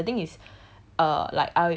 and then towards that friend the thing is